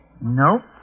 Nope